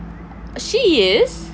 she is